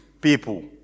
people